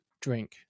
drink